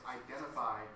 identify